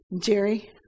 Jerry